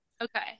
Okay